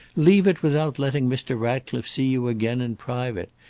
leave it without letting mr. ratcliffe see you again in private!